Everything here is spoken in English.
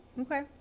okay